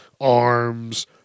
arms